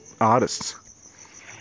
artists